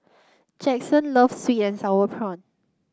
Jaxson loves sweet and sour prawn